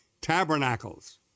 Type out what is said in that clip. tabernacles